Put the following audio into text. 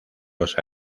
los